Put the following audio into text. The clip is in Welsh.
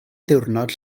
diwrnod